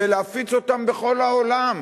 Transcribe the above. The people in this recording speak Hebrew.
ולהפיץ אותם בכל העולם